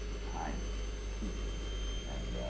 time teachers and